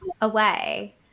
away